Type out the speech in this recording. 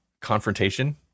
confrontation